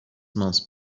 month